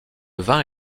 vin